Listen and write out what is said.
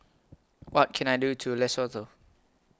What Can I Do to Lesotho